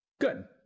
Good